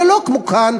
ולא כמו כאן,